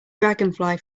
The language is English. dragonfly